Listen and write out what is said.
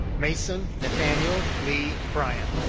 mason nathaniel lee bryan.